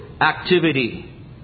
activity